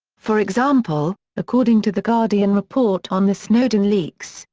for example, according to the guardian report on the snowden leaks,